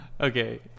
Okay